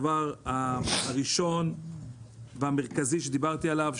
אבל הוא מחובר לדבר הראשון והמרכזי שדיברתי עליו,